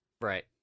Right